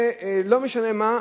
לא משנה מה,